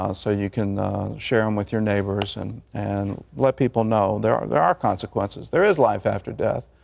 um so you can share them um with your neighbors and and let people know there are there are consequences. there is life after death.